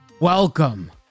welcome